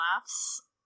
laughs